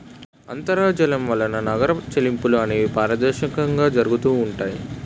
అంతర్జాలం వలన నగర చెల్లింపులు అనేవి పారదర్శకంగా జరుగుతూ ఉంటాయి